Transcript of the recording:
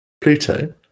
Pluto